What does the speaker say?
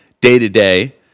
day-to-day